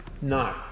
No